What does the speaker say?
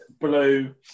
blue